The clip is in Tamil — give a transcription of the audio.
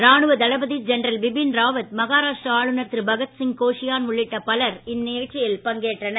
ராணுவ தளபதி ஜென்ரல் பிபின் ராவத் மகாராஷ்டிர ஆளுநர் திரு பகத்சிங் கோஷியான் உள்ளிட்ட பலர் பங்கேற்றனர்